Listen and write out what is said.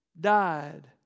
died